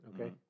Okay